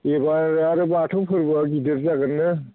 E bar आरो बाथौ फोरबोआ गिदिर जागोन नो